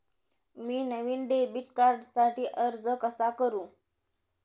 मी नवीन डेबिट कार्डसाठी अर्ज कसा करु?